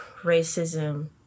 racism